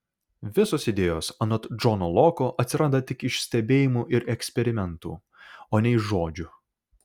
visos idėjos anot džono loko atsiranda tik iš stebėjimų ir eksperimentų o ne iš žodžių